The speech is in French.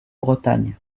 bretagne